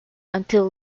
until